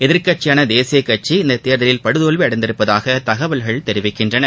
எதிர்கட்சியான தேசியக் இந்தத் தேர்தலில் படுதோல்வியடைந்துள்ளதாக தகவல்கள் கட்சி தெரிவிக்கின்றன